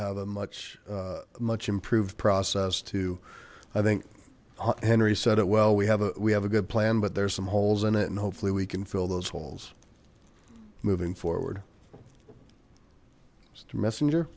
have a much much improved process to i think henry said it well we have a we have a good plan but there's some holes in it and hopefully we can fill those holes moving forward mister messenger